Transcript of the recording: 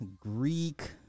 Greek